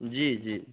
जी जी